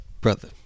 brother